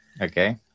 Okay